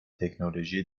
تکنولوژی